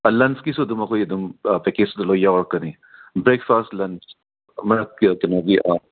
ꯂꯟꯁꯀꯤꯁꯨ ꯑꯗꯨꯝ ꯑꯩꯈꯣꯏ ꯑꯗꯨꯝ ꯑꯥ ꯄꯦꯀꯦꯖꯇꯨꯗ ꯑꯗꯨꯝ ꯌꯥꯎꯔꯛꯀꯅꯤ ꯕ꯭ꯔꯦꯛꯐꯥꯁ ꯂꯟꯁ ꯃꯔꯛꯀꯤ ꯀꯩꯅꯣꯒꯤ